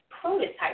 prototype